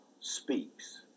speaks